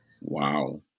Wow